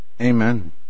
Amen